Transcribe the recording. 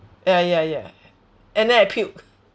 ya ya ya and then I puke